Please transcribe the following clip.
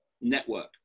network